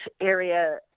area